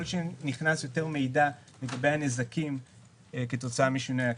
שנכנס יותר מידע לגבי הנזקים כתוצאה משינויי האקלים.